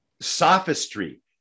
Sophistry